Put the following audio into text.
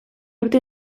urte